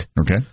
Okay